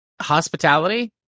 Hospitality